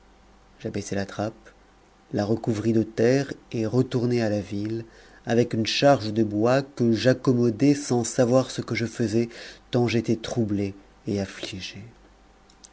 j'abaissai la trappe la recouvris de terre et retournai à la ville avec une charge de bois que j'accommodai sans savoir ce que je faisais tant j'étais troublé et affligé